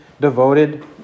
devoted